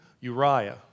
Uriah